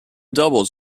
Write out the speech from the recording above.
doubles